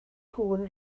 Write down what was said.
cŵn